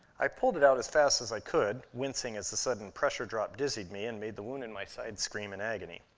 i pulled it out as fast as i could, wincing as the sudden pressure drop dizzied me and made the wound in my side scream in agony.